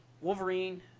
Wolverine